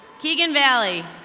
keegan valley.